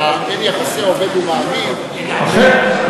אבל אין יחסי עובד ומעביד בין השרים, אכן.